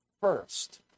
first